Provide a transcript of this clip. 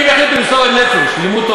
אתה יודע מה היא